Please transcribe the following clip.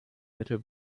mittel